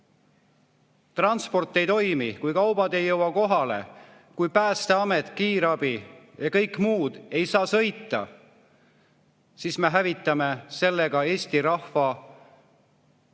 Kui transport ei toimi, kui kaubad ei jõua kohale, kui Päästeamet, kiirabi ja kõik muud ei saa sõita, siis me hävitame sellega Eesti rahva